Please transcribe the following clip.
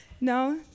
No